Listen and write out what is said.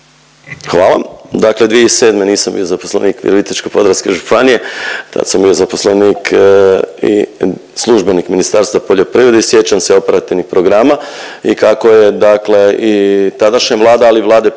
Hvala. Dakle, 2007. nisam bio zaposlenik Virovitičko-podravske županije tad sam bio zaposlenik i službenik Ministarstva poljoprivrede i sjećam se operativnih programa i kako je dakle i tadašnja vlada, ali i vlade prije